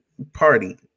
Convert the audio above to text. party